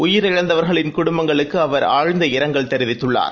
உயிரிழந்தவர்களின் குடும்பங்களுக்கு அவர் ஆழ்ந்த இரங்கல் தெரிவித்துள்ளார்